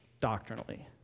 doctrinally